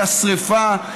הייתה שרפה,